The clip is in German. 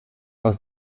aus